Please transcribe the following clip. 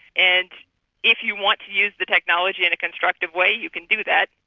and if you want to use the technology in a constructive way you can do that,